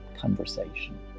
conversation